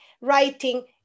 writing